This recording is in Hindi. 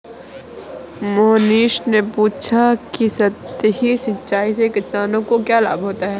मोहनीश ने पूछा कि सतही सिंचाई से किसानों को क्या लाभ होता है?